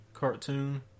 cartoon